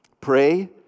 Pray